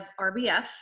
RBF